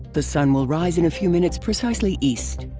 the sun will rise in a few minutes precisely east.